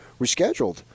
rescheduled